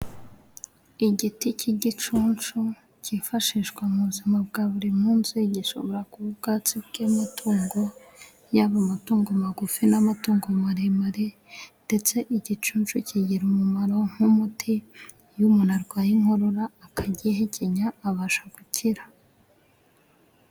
Igiti cy'igicunshu cyifashishwa mu buzima bwa buri munsi ,gishobora kuba ubwatsi bw'amatungo yaba amatungo magufi ,n'amatungo maremare, ndetse igicunshu kigira umumaro nk'umuti ,iyo umuntu arwaye inkorora ,akagihekenya abasha gukira.